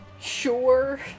sure